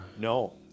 No